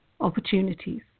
opportunities